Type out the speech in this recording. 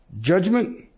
judgment